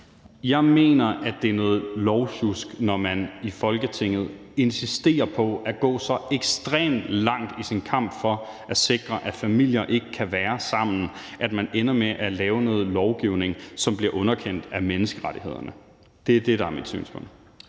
Jeg mener, at det er noget lovsjusk, når man i Folketinget insisterer på at gå så ekstremt langt i sin kamp for at sikre, at familier ikke kan være sammen, at man ender med at lave noget lovgivning, som bliver underkendt af Menneskerettighedsdomstolen. Det er det, der er mit synspunkt.